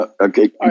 Okay